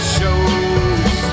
shows